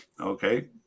okay